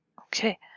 Okay